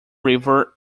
river